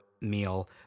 meal